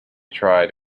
tried